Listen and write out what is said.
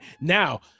Now